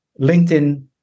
LinkedIn